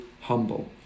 humble